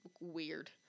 weird